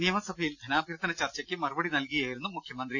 നിയമസഭയിൽ ധനാഭ്യർത്ഥന ചർച്ചക്ക് മറുപടി നൽകൂകയായിരുന്നു മുഖ്യമന്ത്രി